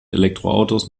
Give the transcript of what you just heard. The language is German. elektroautos